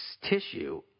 tissue